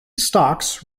stocks